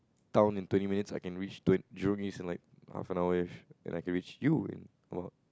town in twenty minutes I can reach twen~ Jurong-East in half an hour ~ish I can reach you in about